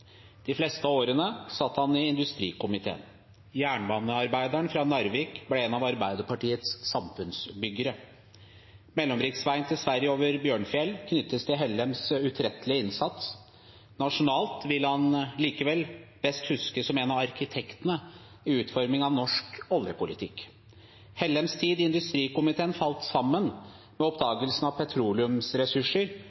De fleste av årene satt han i industrikomiteen. Jernbanearbeideren fra Narvik ble en av Arbeiderpartiets samfunnsbyggere. Mellomriksveien til Sverige over Bjørnfjell knyttes til Hellems utrettelige innsats. Nasjonalt vil han likevel best huskes som en av arkitektene i utformingen av norsk oljepolitikk. Hellems tid i industrikomiteen falt sammen med